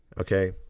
Okay